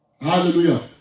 Hallelujah